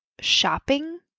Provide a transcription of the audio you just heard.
shopping